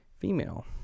female